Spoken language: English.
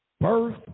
birth